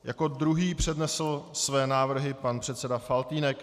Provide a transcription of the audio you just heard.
Jako druhý přednesl své návrhy pan předseda Faltýnek.